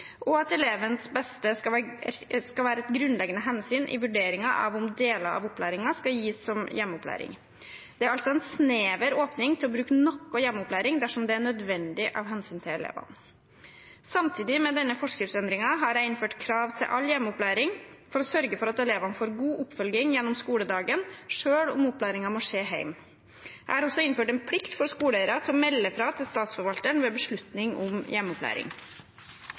og at elevenes beste skal være et grunnleggende hensyn i vurderingen av om deler av opplæringen skal gis som hjemmeopplæring. Dette er altså en snever åpning til å bruke noe hjemmeopplæring dersom det er nødvendig av hensyn til elevene. Samtidig med denne forskriftsendringen har jeg innført krav til all hjemmeopplæring for å sørge for at elevene får god oppfølging gjennom skoledagen selv om opplæringen må skje hjemme. Jeg har også innført en plikt for skoleeiere til å melde fra til Statsforvalteren ved beslutning om hjemmeopplæring.